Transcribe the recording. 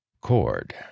Cord